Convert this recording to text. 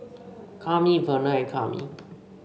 Kami Verner and Kami